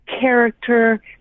character